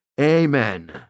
Amen